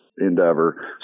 endeavor